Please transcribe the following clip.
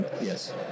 yes